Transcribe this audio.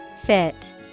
Fit